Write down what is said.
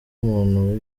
umuntu